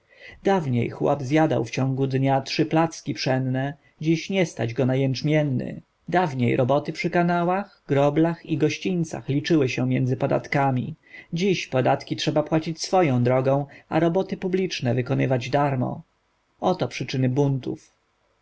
dawniej chłop zjadał w ciągu dnia trzy placki pszenne dziś nie stać go na jęczmienny dawniej roboty przy kanałach groblach i gościńcach liczyły się między podatkami dziś podatki trzeba płacić swoją drogą a roboty publiczne wykonywać darmo oto przyczyny buntów